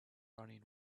running